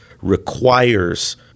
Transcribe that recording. requires